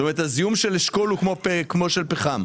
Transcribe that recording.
זאת אומרת, הזיהום של תחנת אשכול הוא כמו של פחם.